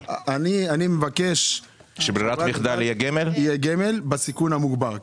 אני מבקש שברירת מחדל יהיה גמל בסיכון המוגבר.